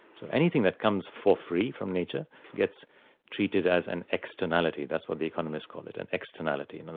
so anything that comes for free from nature gets treated as an externality, that's what the economists call it, an externality. in and